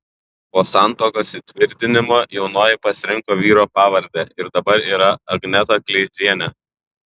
po santuokos įtvirtinimo jaunoji pasirinko vyro pavardę ir dabar yra agneta kleizienė